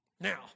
Now